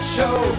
Show